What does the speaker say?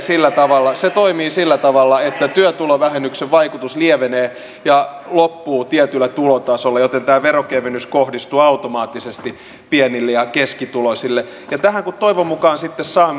itse asiassa se toimii sillä tavalla että työtulovähennyksen vaikutus lievenee ja loppuu tietyllä tulotasolla joten tämä verokevennys kohdistuu automaattisesti pienille ja keskituloisille että hän toivoo mukaan sipissä on